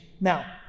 Now